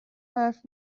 حرف